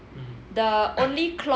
mm